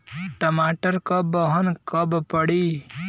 टमाटर क बहन कब पड़ी?